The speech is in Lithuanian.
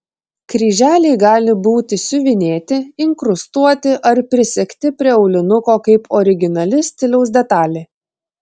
kryželiai gali būti siuvinėti inkrustuoti ar prisegti prie aulinuko kaip originali stiliaus detalė